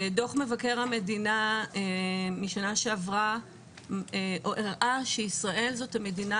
דוח מבקר המדינה משנה שעברה הראה שישראל זאת המדינה